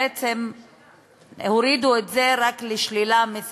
בעצם הורידו את זה רק לשלילה של שכר.